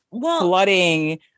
flooding